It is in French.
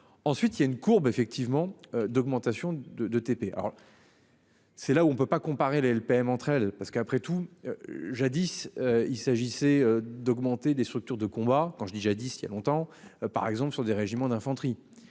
Ensuite il y a une courbe effectivement d'augmentation de de TP alors. C'est là où on ne peut pas comparer la LPM entre elles parce qu'après tout. Jadis, il s'agissait d'augmenter les structures de combat quand je dis jadis dit il y a longtemps. Par exemple sur des régiments d'infanterie.